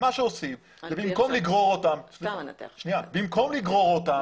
מה שעושים, במקום לגרור אותם